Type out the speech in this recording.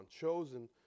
chosen